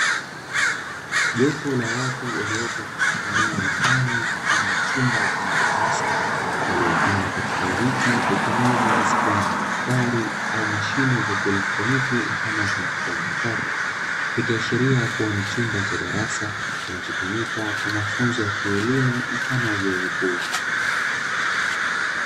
Jopo la watu, waliopo katika eneo la ndani mfano wa chumba ama darasa, waliokaa katika viti, huku meza zikiwa na madaftari au mashine za kielektroniki mfano wa kompyuta mpakato. Ikiashiria kuwa ni chumba cha darasa kinachotumika kwa mafunzo ya kielimu mfano wa vyuo vikuu.